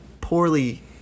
poorly